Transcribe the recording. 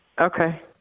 okay